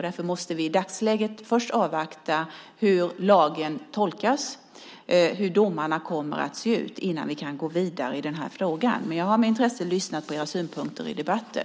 Därför måste vi i dagsläget först avvakta hur lagen tolkas, hur domarna kommer att se ut, innan vi kan gå vidare i den här frågan. Men jag har med intresse lyssnat på era synpunkter i debatten.